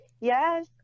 Yes